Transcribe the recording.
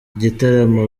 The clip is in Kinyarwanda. igitaramo